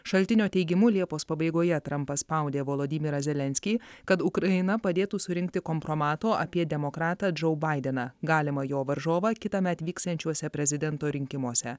šaltinio teigimu liepos pabaigoje trampas spaudė volodymyrą zelenskį kad ukraina padėtų surinkti kompromato apie demokratą džou baideną galimą jo varžovą kitąmet vyksiančiuose prezidento rinkimuose